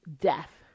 death